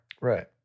Right